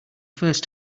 first